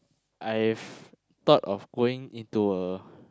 I've thought of going into a